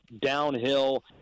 downhill